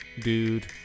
dude